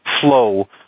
flow